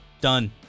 Done